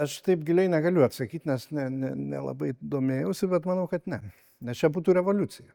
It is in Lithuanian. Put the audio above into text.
aš taip giliai negaliu atsakyt nes ne ne nelabai domėjausi bet manau kad ne nes čia būtų revoliucija